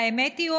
האמת היא,